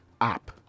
app